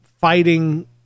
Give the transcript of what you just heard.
fighting